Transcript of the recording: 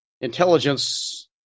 intelligence